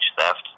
theft